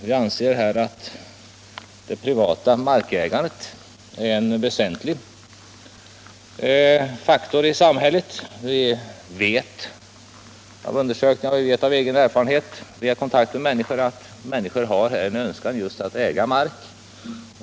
Vi anser att det privata markägandet är en väsentlig faktor i sam = Stöd till skärgårdshället. Vi vet genom undersökningar och av egen erfarenhet via kontakt företag, m.m. med människor att dessa har en önskan att äga mark.